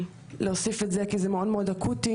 להוסיף כי זה מאוד אקוטי